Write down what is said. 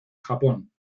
japón